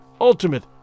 ultimate